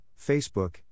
facebook